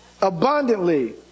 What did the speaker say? Abundantly